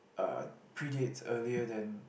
uh predates earlier than